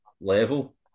level